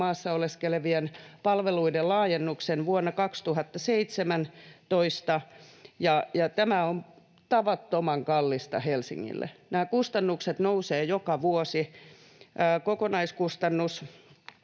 maassa oleskelevien palveluiden laajennuksen vuonna 2017, ja tämä on tavattoman kallista Helsingille. Nämä kustannukset nousevat joka vuosi: kokonaiskustannus